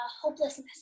hopelessness